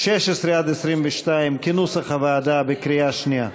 16 22, כנוסח הוועדה, בקריאה שנייה.